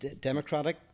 Democratic